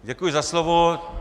Děkuji za slovo.